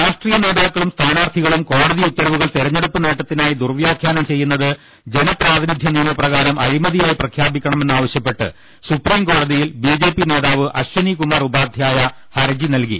രാഷ്ട്രീയ നേതാക്കളും സ്ഥാനാർത്ഥികളും കോടതി ഉത്തര വുകൾ തിരഞ്ഞെടുപ്പ് നേട്ടത്തിനായി ദുർവ്യാഖ്യാനം ചെയ്യുന്നത് ജനപ്രാതിനിധൃ നിയമ പ്രകാരം അഴിമതിയായി പ്രഖ്യാപിക്കണ മെന്നാവശ്യപ്പെട്ട് സുപ്രീംകോടതിയിൽ ബി ജെ പി നേതാവ് അശ്വിനികുമാർഉപാധ്യായ ഹർജി നൽകി